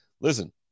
listen